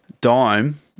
Dime